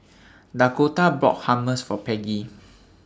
Dakotah bought Hummus For Peggy